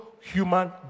human